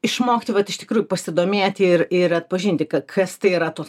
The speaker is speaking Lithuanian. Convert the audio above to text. išmokti vat iš tikrųjų pasidomėti ir ir atpažinti kas tai yra tos